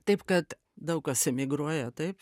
taip kad daug kas emigruoja taip